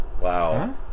Wow